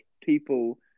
people